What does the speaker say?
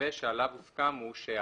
המתווה שעליו הוסכם הוא שהחוק